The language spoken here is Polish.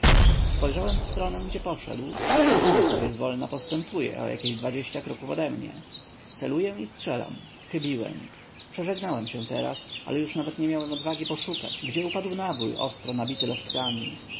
spojrzałem w stronę gdzie poszedł a on sobie zwolna postępuje o jakie dwadzieścia kroków odemnie celuję i strzelam chybiłem przeżegnałem się teraz ale już nawet nie miałem odwagi poszukać gdzie upadł nabój ostro nabity loftkami